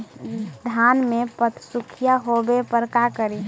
धान मे पत्सुखीया होबे पर का करि?